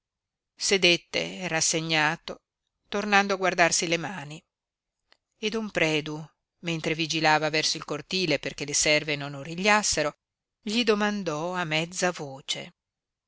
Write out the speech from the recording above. sedette rassegnato tornando a guardarsi le mani e don predu mentre vigilava verso il cortile perché le serve non origliassero gli domandò a mezza voce